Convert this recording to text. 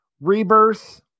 rebirth